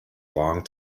long